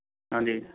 ਹਾਂਜੀ